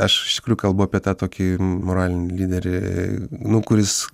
aš iš tikrųjų kalbu apie tą tokį moralinį lyderį nu kuris